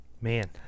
man